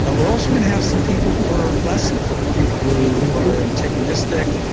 ah we're also going to have some people who are less supportive who are antagonistic.